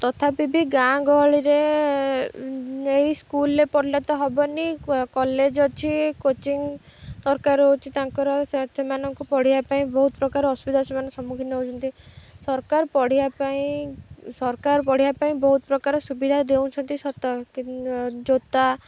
ତଥାପି ବିି ଗାଁ ଗହଳିରେ ଏଇ ସ୍କୁଲ୍ରେ ପଢ଼ିଲା ତ ହବନି କଲେଜ୍ ଅଛି କୋଚିଂ ଦରକାର ହଉଛି ତାଙ୍କର ସେମାନଙ୍କୁ ପଢ଼ିବା ପାଇଁ ବହୁତ ପ୍ରକାର ଅସୁବିଧା ସେମାନେ ସମ୍ମୁଖୀନ ହଉଛନ୍ତି ସରକାର ପଢ଼ିବା ପାଇଁ ସରକାର ପଢ଼ିବା ପାଇଁ ବହୁତ ପ୍ରକାର ସୁବିଧା ଦେଉଛନ୍ତି ସତ ଜୋତା